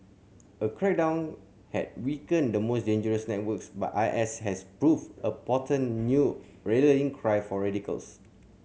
a crackdown had weakened the most dangerous networks but I S has proved a potent new rallying cry for radicals